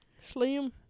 Slim